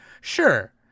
Sure